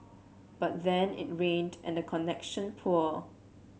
but then it rained and the connection poor